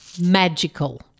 Magical